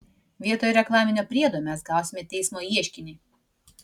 vietoj reklaminio priedo mes gausime teismo ieškinį